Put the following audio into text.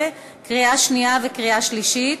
2016, קריאה שנייה וקריאה שלישית.